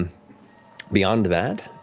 beyond that,